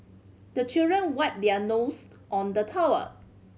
the children wipe their nose on the towel